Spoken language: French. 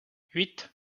huit